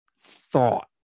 thought